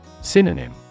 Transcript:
Synonym